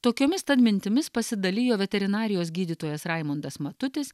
tokiomis tad mintimis pasidalijo veterinarijos gydytojas raimundas matutis